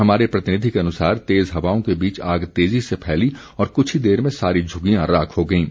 हमारे प्रतिनिधि के अनुसार तेज हवाओं के बीच आग तेजी से फैली और क्छ ही देर में सारी झुग्गियां राख हो गईं